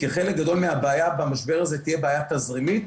כי חלק גדול מהבעיה במשבר הזה תהיה בעיה תזרימית.